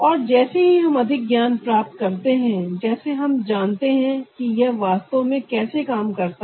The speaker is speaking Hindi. और जैसे ही हम अधिक ज्ञान प्राप्त करते हैं जैसे हम जानते हैं कि यह वास्तव में कैसे काम करता है